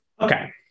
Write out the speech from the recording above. Okay